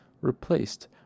replaced